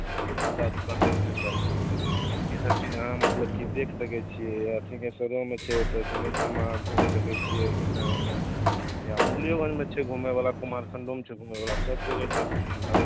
कपड़ा दोकान कोन्ने बढ़िआँ छै ईसब चीज अहाँ मतलब कि देखि सकै छिए या सिँहेश्वरोमे छै तऽ सिँहेश्वरमे अहाँ घुमि सकै छिए एन्ने ओन्ने या मुरलिओगञ्जमे छै घुमैवला कुमारखण्डोमे छै घुमैवला सब जगह छै घुमैवला